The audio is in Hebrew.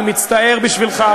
אני מצטער בשבילך,